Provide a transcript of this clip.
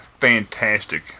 fantastic